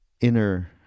inner